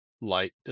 light